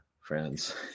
friends